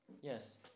Yes